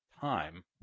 time